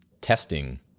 testing